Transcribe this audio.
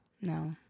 No